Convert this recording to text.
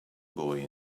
boy